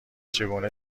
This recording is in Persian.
چگونه